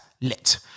lit